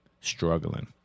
struggling